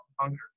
hunger